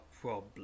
problem